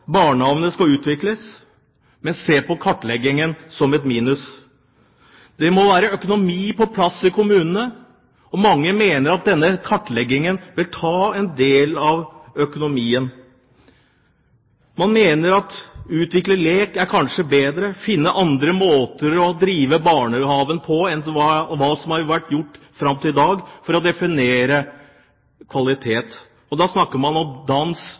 barnehagene skal utvikles, men mange ser på kartleggingen som et minus. Det må være økonomi på plass i kommunene, og mange mener at denne kartleggingen vil ta en del av økonomien. Man mener at utvikling av lek kanskje er bedre – finne andre måter å drive barnehage på enn hva som har vært gjort fram til i dag for å definere kvalitet. Da snakker man om dans,